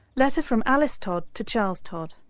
letter from alice todd to charles todd.